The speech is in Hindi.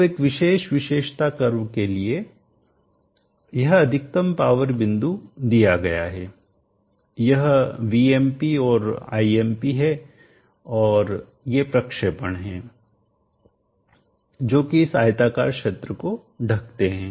अब एक विशेष विशेषता कर्व के लिए यह अधिकतम पावर बिंदु दिया गया है यह Vmp और Imp है और ये प्रक्षेपण है जोकि इस आयताकार क्षेत्र को ढकते हैं